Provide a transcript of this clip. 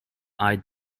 eyed